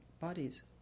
bodies